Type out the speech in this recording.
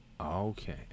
Okay